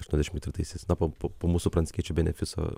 aštuoniasdešimt ketvirtaisiais na po po mūsų pranckiečio benefiso